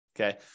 okay